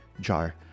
jar